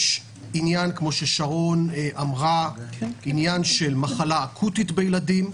יש עניין של מחלה אקוטית בילדים,